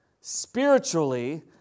spiritually